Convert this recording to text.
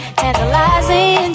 tantalizing